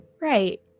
Right